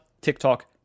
tiktok